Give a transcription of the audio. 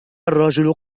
الرجل